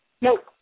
Nope